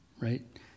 right